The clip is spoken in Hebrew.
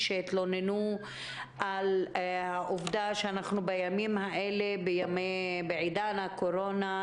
שהתלוננו על העובדה שבימים אלו ובעידן הקורונה,